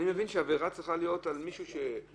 אני מבין שהעבירה צריכה להיות על מי שאמור